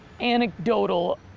anecdotal